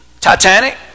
Titanic